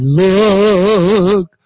look